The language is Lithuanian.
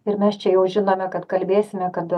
ir mes čia jau žinome kad kalbėsime kada